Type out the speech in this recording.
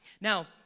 Now